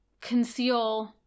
conceal